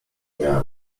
miałem